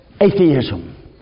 atheism